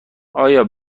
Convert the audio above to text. آیا